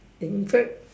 in fact